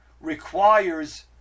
requires